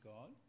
God